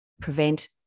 prevent